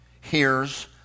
hears